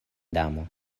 damo